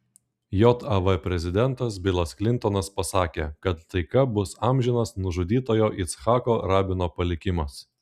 jav prezidentas bilas klintonas pasakė kad taika bus amžinas nužudytojo icchako rabino palikimas